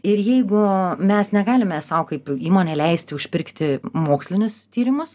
ir jeigu mes negalime sau kaip įmonė leisti užpirkti mokslinius tyrimus